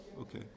Okay